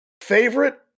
Favorite